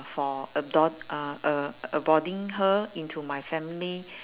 for a dog ah uh aboarding her into my family